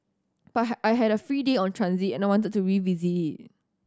but I had a free day on transit and wanted to revisit it